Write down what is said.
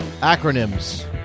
acronyms